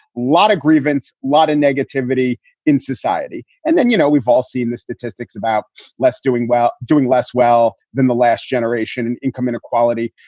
lot of grievance, lot of negativity in society. and then, you know, we've all seen the statistics about less doing well, doing less well than the last generation and income inequality.